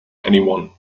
anyone